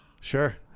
sure